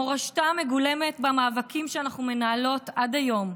מורשתה מגולמת במאבקים שאנחנו מנהלות עד היום,